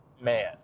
man